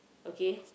okay